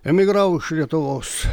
emigravo iš lietuvos